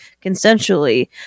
consensually